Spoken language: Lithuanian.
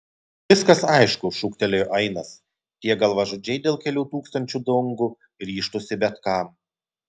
viskas aišku šūktelėjo ainas tie galvažudžiai dėl kelių tūkstančių dongų ryžtųsi bet kam